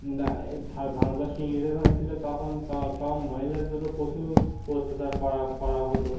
দা এই ভারতবাসী এরকমই ছিল তখন তখন মহিলাদেরও প্রচুর অত্যাচার করা করা হতো